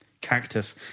Cactus